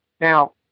Now